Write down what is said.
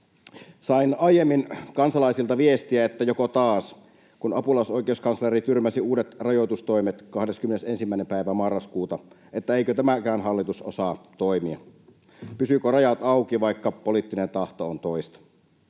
Sain aiemmin kansalaisilta viestiä, että joko taas, kun apulaisoikeuskansleri tyrmäsi uudet rajoitustoimet 21. päivä marraskuuta, että eikö tämäkään hallitus osaa toimia, pysyvätkö rajat auki, vaikka poliittinen tahto on toista.